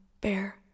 bear